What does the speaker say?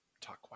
talk